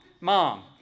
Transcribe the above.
Mom